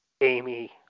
Amy